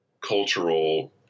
cultural